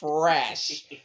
fresh